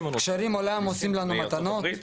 --- עושים לנו מתנות.